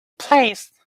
placed